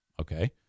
Okay